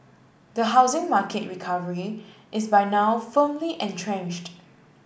the housing market recovery is by now firmly entrenched